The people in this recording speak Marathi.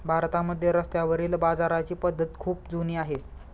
भारतामध्ये रस्त्यावरील बाजाराची पद्धत खूप जुनी आहे